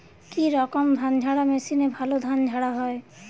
কি রকম ধানঝাড়া মেশিনে ভালো ধান ঝাড়া হয়?